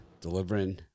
delivering